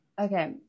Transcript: Okay